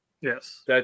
Yes